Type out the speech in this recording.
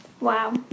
Wow